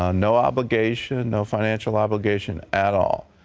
ah no obligation no financial obligation at all.